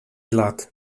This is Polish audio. lat